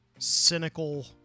cynical